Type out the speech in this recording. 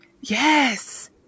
Yes